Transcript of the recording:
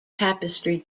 tapestry